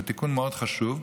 זה תיקון מאוד חשוב.